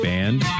Band